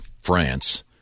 France